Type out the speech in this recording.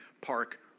park